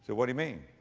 what do you mean?